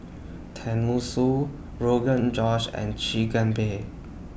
Tenmusu Rogan Josh and Chigenabe